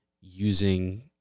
using